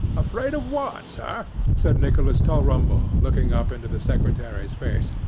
afraid of what, sir said nicholas tulrumble, looking up into the secretary's face.